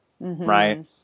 right